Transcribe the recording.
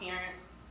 parents